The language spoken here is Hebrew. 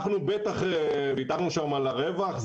אנחנו בטח ויתרנו שם על הרווח,